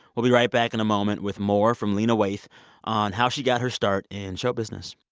we'll be right back in a moment with more from lena waithe on how she got her start in show business